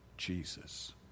Jesus